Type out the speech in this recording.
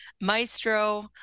Maestro